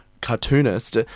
cartoonist